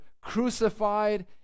crucified